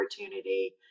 opportunity